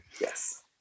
Yes